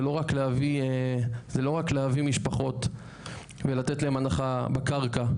זה לא רק להביא משפחות ולתת להן הנחה בקרקע,